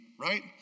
right